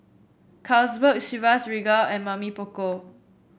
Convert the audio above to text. Carlsberg Chivas Regal and Mamy Poko